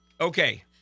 Okay